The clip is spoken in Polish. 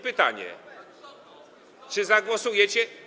Pytanie: Czy zagłosujecie.